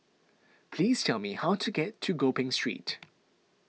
please tell me how to get to Gopeng Street